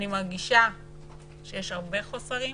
אני מרגישה שיש הרבה חוסרים,